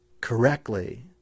correctly